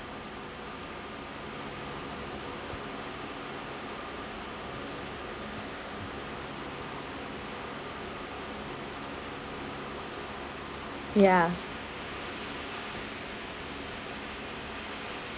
ya